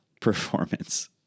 performance